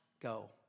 go